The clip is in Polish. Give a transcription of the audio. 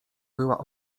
była